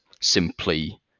simply